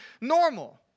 normal